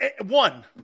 one